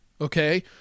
Okay